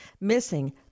missing